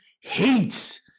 hates